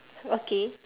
okay